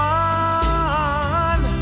one